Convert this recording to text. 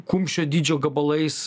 kumščio dydžio gabalais